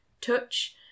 touch